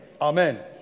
Amen